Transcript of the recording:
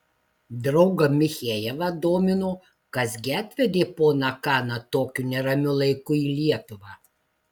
draugą michejevą domino kas gi atvedė poną kaną tokiu neramiu laiku į lietuvą